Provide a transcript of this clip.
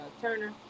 Turner